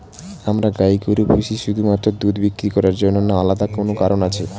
আমরা গাই গরু পুষি শুধুমাত্র দুধ বিক্রি করার জন্য না আলাদা কোনো কারণ আছে?